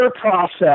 process